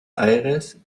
aires